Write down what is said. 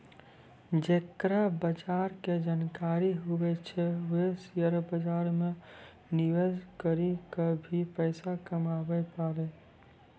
जेकरा बजार के जानकारी हुवै छै वें शेयर बाजार मे निवेश करी क भी पैसा कमाबै पारै